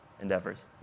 endeavors